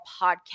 podcast